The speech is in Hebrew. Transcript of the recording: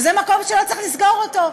זה מקום שלא צריך לסגור אותו,